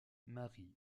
marie